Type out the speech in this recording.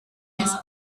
his